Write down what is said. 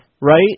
Right